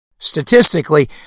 Statistically